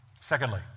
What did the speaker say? Secondly